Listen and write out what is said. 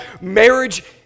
marriage